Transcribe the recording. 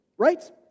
right